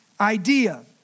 idea